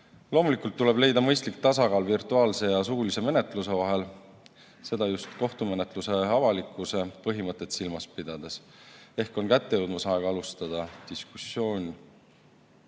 tuleb leida mõistlik tasakaal virtuaalse ja suulise menetluse vahel, seda just kohtumenetluse avalikkuse põhimõtet silmas pidades. Ehk on kätte jõudmas aeg alustada diskussiooni